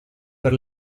per